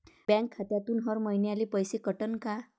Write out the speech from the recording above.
Bank खात्यातून हर महिन्याले पैसे कटन का?